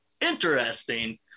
Interesting